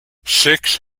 six